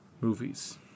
movies